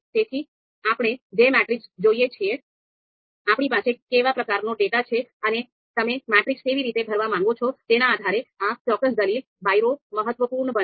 તેથી આપણે જે મેટ્રિક્સ જોઈએ છે આપણી પાસે કેવા પ્રકારનો ડેટા છે અને તમે મેટ્રિક્સ કેવી રીતે ભરવા માંગો છો તેના આધારે આ ચોક્કસ દલીલ બાયરો મહત્વપૂર્ણ બનશે